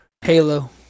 Halo